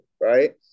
right